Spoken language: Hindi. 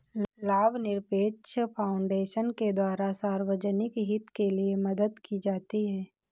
लाभनिरपेक्ष फाउन्डेशन के द्वारा सार्वजनिक हित के लिये मदद दी जाती है